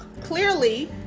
Clearly